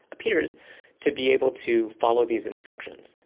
appears to be able to follow these instructions,